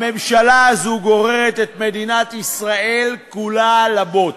הממשלה הזו גוררת את מדינת ישראל כולה לבוץ.